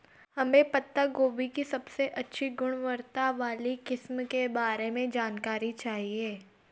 हमें पत्ता गोभी की सबसे अच्छी गुणवत्ता वाली किस्म के बारे में जानकारी चाहिए?